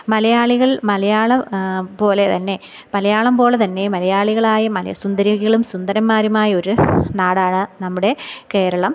മലയാളികൾ മലയാളം പോലെതന്നെ മലയാളം പോലെതന്നെ മലയാളികളായ മല സുന്ദരികളും സുന്ദരന്മാരുമായൊരു നാടാണ് നമ്മുടെ കേരളം